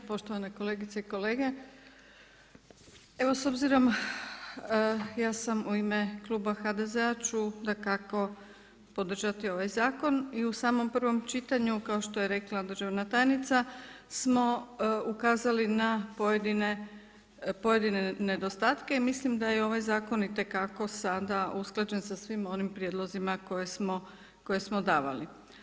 Poštovane kolegice i kolege, evo s obzirom, ja sam u ime Kluba HDZ-a ću dakako podržati ovaj zakon i u samom prvom čitanju, kao što je rekla državna tajnica smo ukazali na pojedine nedostatke i mislim da je ovaj zakon itekako sada usklađen sa svim onim prijedlozima koje smo davali.